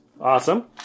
Awesome